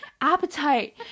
appetite